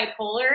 bipolar